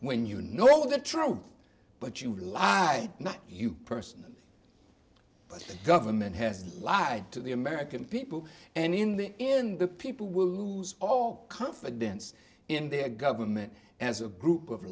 when you know the truth but you lie not you personally but the government has lied to the american people and in the in the people will lose all confidence in their government as a group of